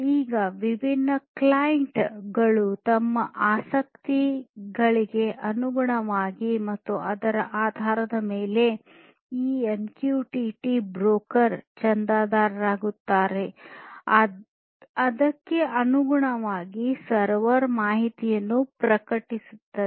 ಈಗ ವಿಭಿನ್ನ ಕ್ಲೈಂಟ್ ಗಳು ತಮ್ಮ ಆಸಕ್ತಿಗಳಿಗೆ ಅನುಗುಣವಾಗಿ ಮತ್ತು ಅದರ ಆಧಾರದ ಮೇಲೆ ಈ ಎಂಕ್ಯೂಟಿಟಿ ಬ್ರೋಕರ್ ಚಂದಾದಾರರಾಗುತ್ತಾರೆ ಅದಕ್ಕೆ ಅನುಗುಣವಾಗಿ ಸರ್ವರ್ ಮಾಹಿತಿ ಪ್ರತಿಕ್ರಿಯಿಸುತ್ತದೆ